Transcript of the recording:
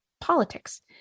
politics